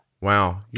Wow